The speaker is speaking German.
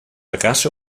rasche